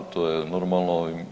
To je normalno.